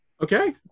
Okay